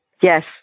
Yes